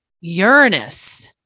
Uranus